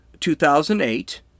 2008